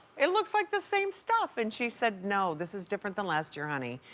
it looks like the same stuff. and she said, no, this is different than last year, honey.